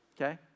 okay